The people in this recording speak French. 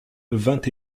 vingt